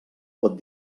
pot